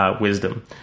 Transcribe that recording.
wisdom